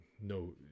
no